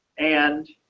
and,